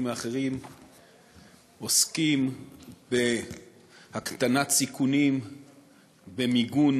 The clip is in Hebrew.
האחרים עוסקים בהקטנת סיכונים במיגון